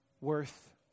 worth